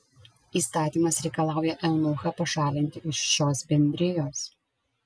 įstatymas reikalauja eunuchą pašalinti iš šios bendrijos